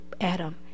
Adam